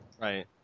Right